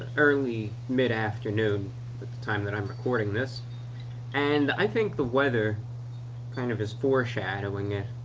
early mid-afternoon at the time that i'm recording this and i think the weather kind of is foreshadowing it.